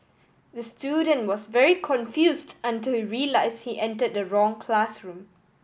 the student was very confused until he realised he entered the wrong classroom